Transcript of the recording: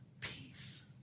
peace